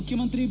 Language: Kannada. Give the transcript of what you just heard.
ಮುಖ್ಯಮಂತ್ರಿ ಬಿ